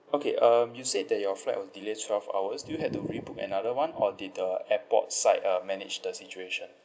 okay um you said that your flight was delayed twelve hours did you had to rebook another one or did the airport side uh managed the situation